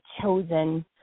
chosen